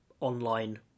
online